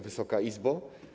Wysoka Izbo!